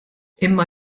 imma